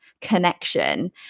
connection